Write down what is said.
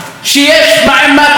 הוא לא שיחד אף אחד,